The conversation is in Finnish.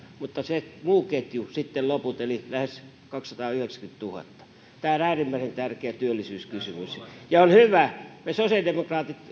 mutta muussa ketjussa sitten loput eli lähes kaksisataayhdeksänkymmentätuhatta tämä on äärimmäisen tärkeä työllisyyskysymys me sosiaalidemokraatit